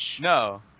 no